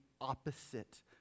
opposite